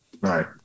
Right